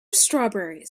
strawberries